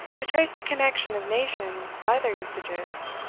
to trace the connection of nations by their usages,